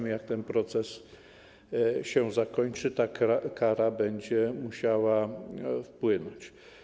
Gdy ten proces się zakończy, ta kara będzie musiała wpłynąć.